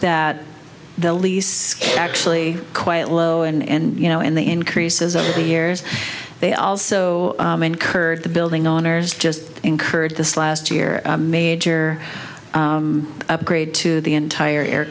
that the lease actually quite low and you know in the increases over the years they also incurred the building owners just incurred this last year a major upgrade to the entire air